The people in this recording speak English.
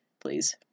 Please